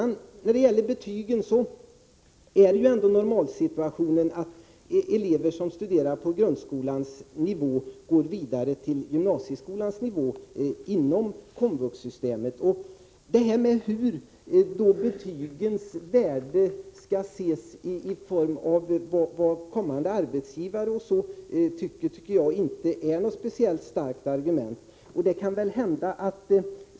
När det gäller betygen är ändå normalsituationen att eleverna på grundskolenivån går vidare till gymnasieskolenivån inom komvuxsystemet. Jag tycker inte heller att betygens värde med hänsyn till vad kommande arbetsgivare kan anse är något speciellt starkt argument.